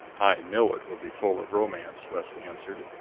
i know it will be full of romance, west answered.